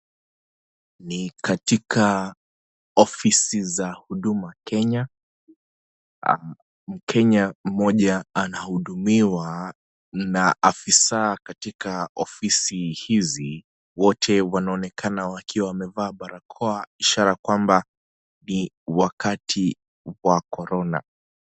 Ni katika ofisi za Huduma Kenya . Mkenya mmoja anahudumiwa na afisa katika ofisi hizi wote wanaonekana wakiwa wamevaa barakoa ishara kwamba ni wakati wa Corona.